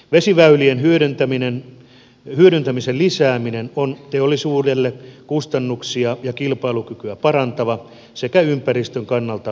vesiväylien hyödyntämisen lisääminen on teollisuudelle kustannuksia ja kilpailukykyä parantava sekä ympäristön kannalta kestävä vaihtoehto